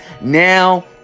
now